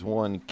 one